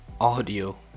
audio